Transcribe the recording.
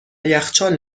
یخچال